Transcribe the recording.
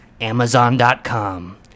Amazon.com